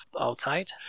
outside